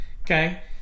Okay